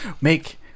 Make